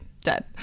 dead